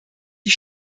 die